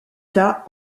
tas